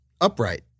upright